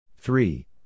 Three